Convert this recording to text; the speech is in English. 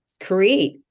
create